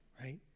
right